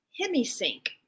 hemisync